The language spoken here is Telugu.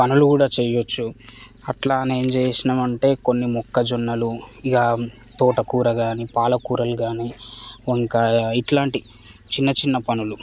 పనులు కూడా చెయ్యొచ్చు అట్లాఅని ఏం చేసినమంటే కొన్ని మొక్కజొన్నలు ఇక తోటకూర కాని పాలకురాలు కాని వంకాయ ఇట్లాంటి చిన్న చిన్న పనులు